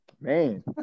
Man